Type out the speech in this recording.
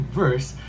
verse